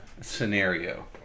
scenario